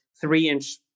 three-inch